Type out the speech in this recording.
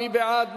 מי בעד?